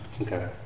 Okay